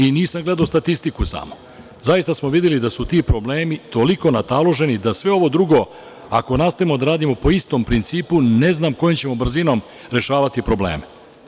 I nisam gledao statistiku samo, zaista smo videli da su ti problemi toliko nataloženi da sve ovo drugo, ako nastavimo da radimo po istom principu, ne znam kojom ćemo brzinom rešavati probleme.